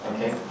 Okay